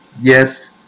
Yes